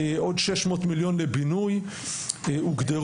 הוגדרו עוד 600 מיליון לבינוי הוגדרו,